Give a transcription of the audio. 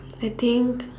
I think